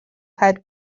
had